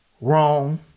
wrong